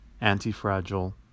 anti-fragile